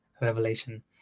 revelation